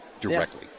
Directly